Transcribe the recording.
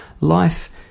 life